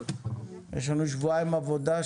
יש לנו שבועיים עבודה.